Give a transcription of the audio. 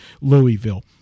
Louisville